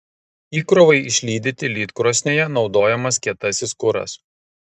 įkrovai išlydyti lydkrosnėje naudojamas kietasis kuras